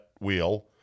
wheel